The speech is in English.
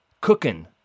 cooking